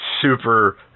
super